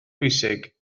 pwysig